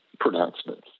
pronouncements